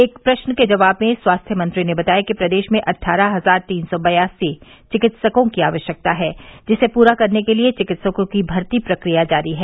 एक प्रश्न के जवाब में स्वास्थ्य मंत्री ने बताया कि प्रदेश में अटठारह हजार तीन सौ बयासी चिकित्सकों की आवश्यकता है जिसे पूरा करने के लिये चिकित्सकों की भर्ती प्रक्रिया जारी है